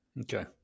Okay